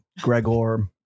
Gregor